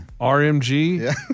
RMG